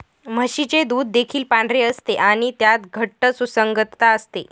म्हशीचे दूध देखील पांढरे असते आणि त्यात घट्ट सुसंगतता असते